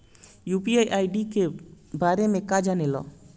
UPI ID के बारे में का जाने ल?